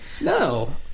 no